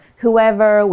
whoever